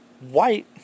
white